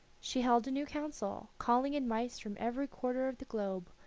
she held a new council, calling in mice from every quarter of the globe,